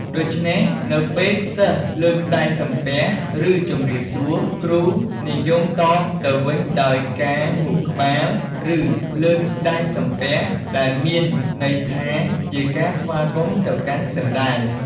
ដូច្នេះ នៅពេលសិស្ស លើកដៃសំពះ ឬ ជម្រាបសួរ គ្រូនិយមតបទៅវិញដោយការងក់ក្បាល ឬ លើកដៃសំពះ ដែលមានន័យថាជាការស្វាគមន៍ទៅកាន់សិស្សដែរ។